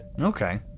Okay